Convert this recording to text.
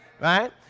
right